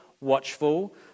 watchful